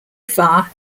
far